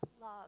love